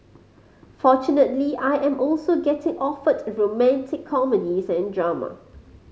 fortunately I am also getting offered romantic comedies and drama